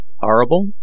Horrible